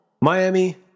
Miami